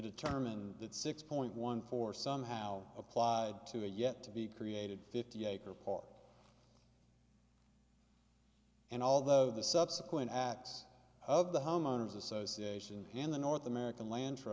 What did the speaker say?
determine that six point one four somehow applied to a yet to be created fifty acre part and although the subsequent acts of the homeowners association in the north american land